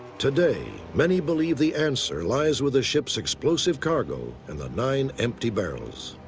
today, many believe the answer lies with the ship's explosive cargo and the nine empty barrels.